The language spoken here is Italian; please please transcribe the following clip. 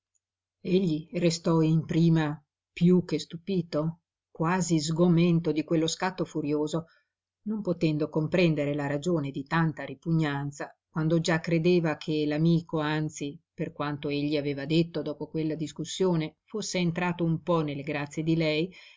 egli restò in prima piú che stupito quasi sgomento di quello scatto furioso non potendo comprendere la ragione di tanta ripugnanza quando già credeva che l'amico anzi per quanto egli aveva detto dopo quella discussione fosse entrato un po nelle grazie di lei